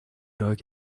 dog